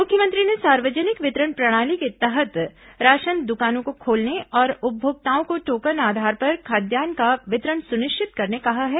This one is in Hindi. मुख्यमंत्री ने सार्वजनिक वितरण प्रणाली के तहत राशन दुकानों को खोलने और उपभोक्ताओं को टोकन आधार पर खाद्यान्न का वितरण सुनिश्चित करने कहा है